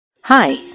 Hi